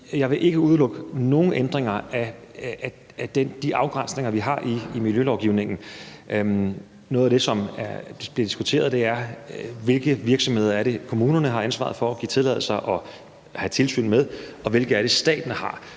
jeg ikke vil udelukke nogen ændringer af de afgrænsninger, vi har i miljølovgivningen. Noget af det, som bliver diskuteret, er, hvilke virksomheder det er, kommunerne har ansvaret for at give tilladelser og have tilsyn med, og hvilke virksomheder